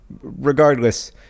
regardless